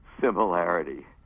similarity